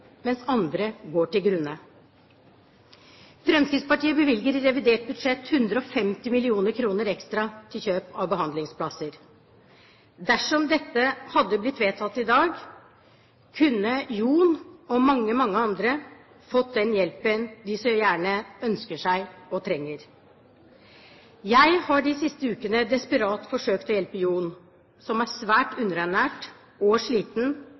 mens andre går til grunne. Fremskrittspartiet bevilger i revidert budsjett 150 mill. kr ekstra til kjøp av behandlingsplasser. Dersom dette hadde blitt vedtatt i dag, kunne Jon og mange andre fått den hjelpen de så gjerne ønsker seg og trenger. Jeg har de siste ukene desperat forsøkt å hjelpe Jon, som er svært underernært og sliten